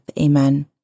Amen